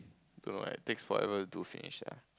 don't know eh takes forever to do finish ah